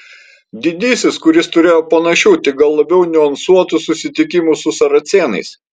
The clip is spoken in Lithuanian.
didysis kuris turėjo panašių tik gal labiau niuansuotų susitikimų su saracėnais